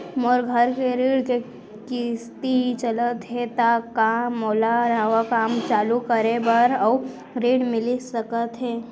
मोर घर के ऋण के किसती चलत हे ता का मोला नवा काम चालू करे बर अऊ ऋण मिलिस सकत हे?